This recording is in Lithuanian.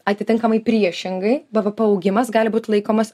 atitinkamai priešingai bvp gali būt laikomas